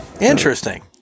interesting